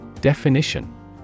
Definition